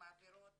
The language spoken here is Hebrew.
מעבירות